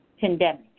pandemic